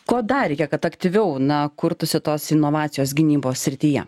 ko dar reikia kad aktyviau na kurtųsi tos inovacijos gynybos srityje